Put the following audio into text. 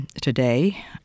today